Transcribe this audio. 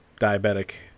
diabetic